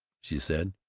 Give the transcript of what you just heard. she said.